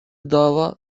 dava